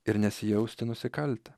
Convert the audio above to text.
ir nesijausti nusikaltę